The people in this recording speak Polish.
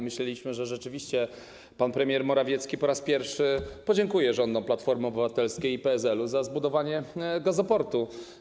Myśleliśmy, że rzeczywiście pan premier Morawiecki po raz pierwszy podziękuje rządom Platformy Obywatelskiej i PSL-u za zbudowanie gazoportu.